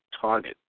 target